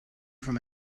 from